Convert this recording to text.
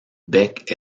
beck